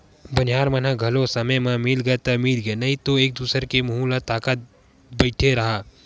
बनिहार मन ह घलो समे म मिलगे ता मिलगे नइ ते एक दूसर के मुहूँ ल ताकत बइठे रहा